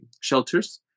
shelters